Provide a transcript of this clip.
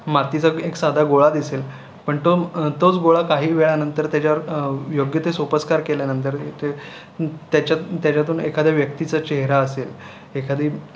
मातीचा एक साधा गोळा दिसेल पण टो तोच गोळा काही वेळानंतर त्याच्यावर योग्य ते सोपस्कार केल्यानंतर ते त्याच्यात त्याच्यातून एखाद्या व्यक्तीचा चेहरा असेल एखादी